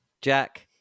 Jack